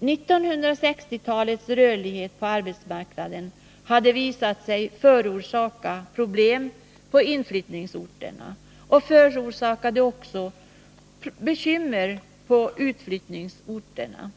1960-talets rörlighet på arbetsmarknaden hade visat sig förorsaka problem på inflyttningsorterna och förorsakade också bekymmer på utflyttningsorterna.